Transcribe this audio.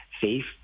safe